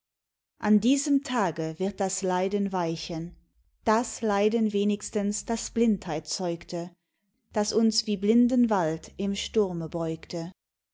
an diesem tage wird das leiden weichen das leiden wenigstens das blindheit zeugte das uns wie blinden wald im sturme beugte